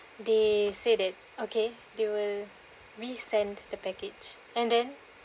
they said that okay they will resend the package and then